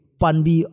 panbi